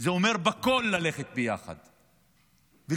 זה אומר ללכת ביחד בכול,